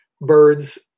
birds